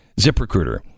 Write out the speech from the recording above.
ZipRecruiter